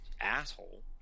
asshole